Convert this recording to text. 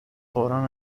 قرآن